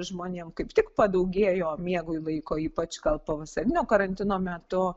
žmonėm kaip tik padaugėjo miegui laiko ypač gal pavasarinio karantino metu